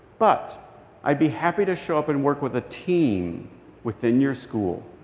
but i'd be happy to show up and work with a team within your school.